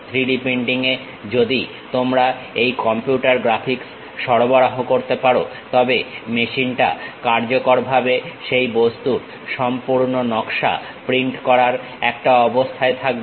3D printing এ যদি তোমরা এই কম্পিউটার গ্রাফিক্স সরবরাহ করতে পারো তবে মেশিনটা কার্যকরভাবে সেই বস্তুর সম্পূর্ণ নকশা প্রিন্ট করার একটা অবস্থায় থাকবে